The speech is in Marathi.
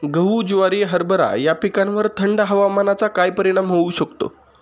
गहू, ज्वारी, हरभरा या पिकांवर थंड हवामानाचा काय परिणाम होऊ शकतो?